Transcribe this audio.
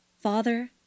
Father